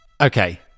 Okay